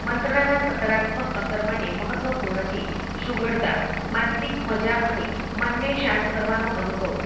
મંત્રણાનાં સકારાત્મક અસર માટે મહત્ત્વપૂર્ણ છે સુઘડતા માનસિક મજા અને મનને શાંત કરવાનો અનુભવ